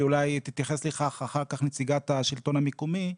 ואולי תתייחס לכך אחר כך נציגת השלטון המקומי,